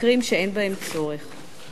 במקרים שאין בהם צורך ברשיון.